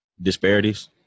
Disparities